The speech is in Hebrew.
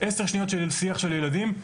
עשר שניות של שיח של ילדים,